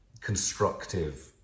constructive